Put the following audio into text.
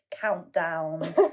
countdown